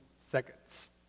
seconds